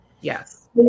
Yes